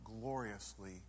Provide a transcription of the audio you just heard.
gloriously